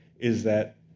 is that